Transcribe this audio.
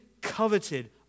coveted